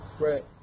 Right